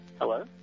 Hello